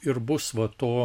ir bus vat to